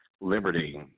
Liberty